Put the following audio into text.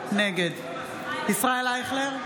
נגד ישראל אייכלר,